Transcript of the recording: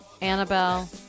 Annabelle